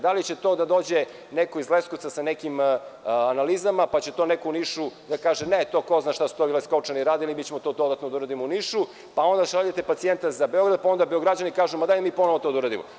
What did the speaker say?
Da li će to da dođe neko iz Leskovca sa nekim analizama, pa će to neko u Nišu da kaže – ne, ko zna šta su ovi Leskovčani radili, mi ćemo to dodatno da uradimo u Nišu, pa onda šaljete pacijenta za Beograd, pa onda Beograđani kažu – hajde mi to ponovo da uradimo.